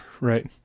Right